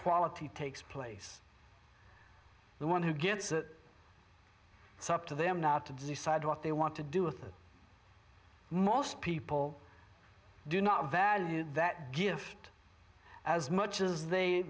equality takes place the one who gets that it's up to them now to decide what they want to do with it most people do not value that gift as much as they